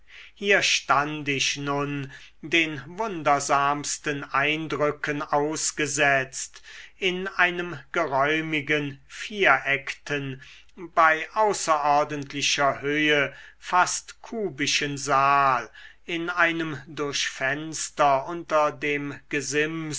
hier stand ich nun den wundersamsten eindrücken ausgesetzt in einem geräumigen viereckten bei außerordentlicher höhe fast kubischen saal in einem durch fenster unter dem gesims